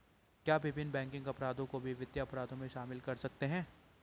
क्या विभिन्न बैंकिंग अपराधों को भी वित्तीय अपराधों में शामिल कर सकते हैं?